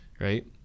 right